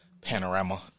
panorama